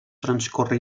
transcorre